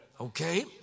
okay